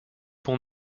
bon